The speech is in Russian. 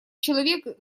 человек